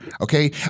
Okay